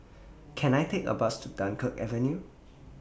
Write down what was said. Can I Take A Bus to Dunkirk Avenue